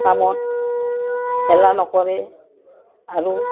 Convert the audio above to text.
কামত হেলা নকৰে আৰু